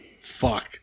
Fuck